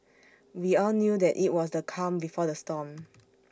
we all knew that IT was the calm before the storm